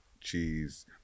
cheese